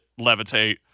levitate